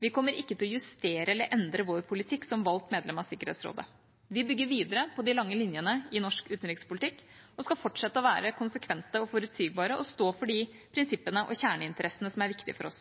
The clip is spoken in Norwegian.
Vi kommer ikke til å justere eller endre vår politikk som valgt medlem av Sikkerhetsrådet. Vi bygger videre på de lange linjene i norsk utenrikspolitikk og skal fortsette å være konsekvente og forutsigbare og stå for de prinsippene og kjerneinteressene som er viktige for oss.